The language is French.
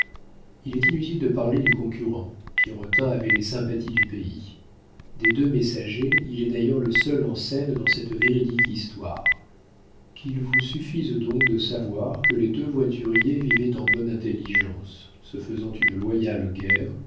il est inutile de parler du concurrent pierrotin avait les sympathies du pays des deux messagers il est d'ailleurs le seul en scène dans cette véridique histoire qu'il vous suffise donc de savoir que les deux voituriers vivaient en bonne intelligence se faisant une loyale guerre